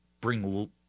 bring